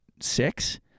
six